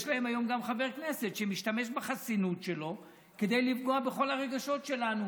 יש להם היום גם חבר כנסת שמשתמש בחסינות שלו כדי לפגוע בכל הרגשות שלנו.